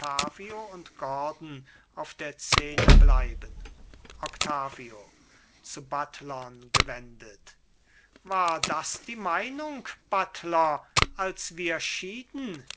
und gordon auf der szene bleiben octavio zu buttlern gewendet war das die meinung buttler als wir schieden